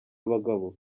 abagabo